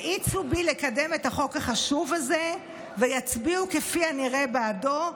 האיצו בי לקדם את החוק החשוב הזה ויצביעו כפי הנראה בעדו,